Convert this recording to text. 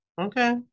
okay